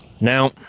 now